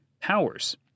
powers